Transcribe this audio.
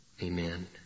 Amen